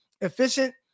efficient